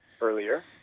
earlier